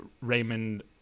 Raymond